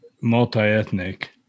multi-ethnic